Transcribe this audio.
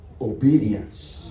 Obedience